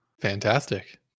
fantastic